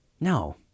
No